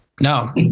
No